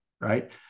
right